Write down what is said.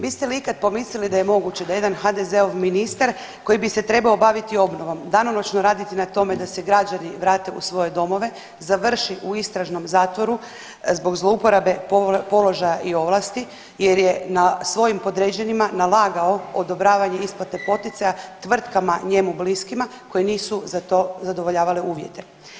Biste li ikada pomisli da je moguće da jedan HDZ-ov ministar koji bi se trebao baviti obnovom, danonoćno raditi na tome da se građani vrate u svoje domove, završi u istražnom zatvoru zbog zlouporabe položaja i ovlasti jer je na svojim podređenima nalagao odobravanje isplate poticaja tvrtkama njemu bliskima koje nisu za to zadovoljavale uvjete?